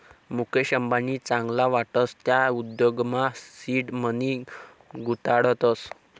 मुकेश अंबानी चांगला वाटस त्या उद्योगमा सीड मनी गुताडतस